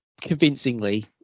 convincingly